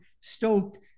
stoked